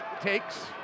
takes